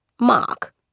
Mark